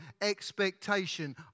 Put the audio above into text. expectation